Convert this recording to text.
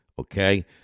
okay